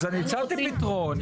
אז נמצא את הפתרון.